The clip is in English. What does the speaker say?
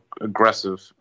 aggressive